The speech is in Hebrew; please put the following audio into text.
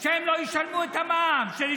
כדי שהן לא ישלמו את המע"מ, כדי